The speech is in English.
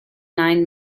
nine